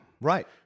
Right